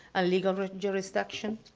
ah legal jurisdiction,